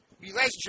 relationship